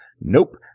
Nope